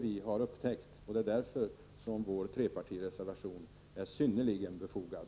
Vi har upptäckt detta, och därför är vår trepartireservation synnerligen befogad.